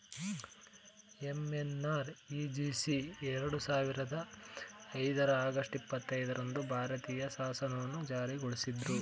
MNREGS ಎರಡು ಸಾವಿರದ ಐದರ ಆಗಸ್ಟ್ ಇಪ್ಪತ್ತೈದು ರಂದು ಭಾರತೀಯ ಶಾಸನವನ್ನು ಜಾರಿಗೊಳಿಸಿದ್ರು